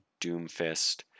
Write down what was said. Doomfist